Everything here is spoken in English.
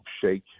shake